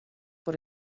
por